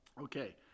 Okay